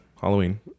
Halloween